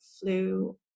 flew